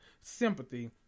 sympathy